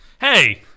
Hey